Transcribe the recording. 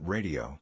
Radio